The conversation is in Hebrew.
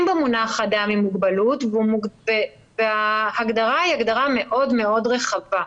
במונח "אדם עם מוגבלות" וההגדרה מאוד רחבה.